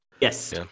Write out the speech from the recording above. Yes